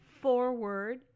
forward